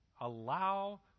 allow